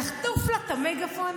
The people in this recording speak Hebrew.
לחטוף לה את המגפון?